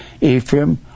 Ephraim